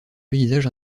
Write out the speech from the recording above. paysage